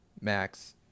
Max